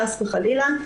חס וחלילה,